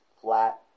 flat